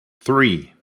three